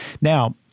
Now